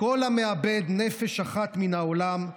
"כל המאבד נפש אחת" מן העולם,